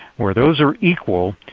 where those are equal,